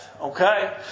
Okay